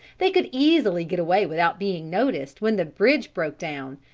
they could easily get away without being noticed when the bridge broke down.